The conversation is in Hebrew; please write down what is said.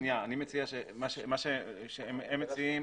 אני מציע את מה שהם מציעים,